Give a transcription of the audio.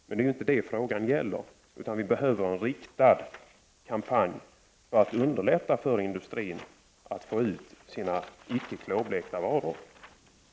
Men det är inte det som frågan gäller. Vi behöver en riktad kampanj för att underlätta för industrin att få ut sina icke klorblekta varor på marknaden.